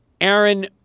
Aaron